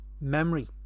memory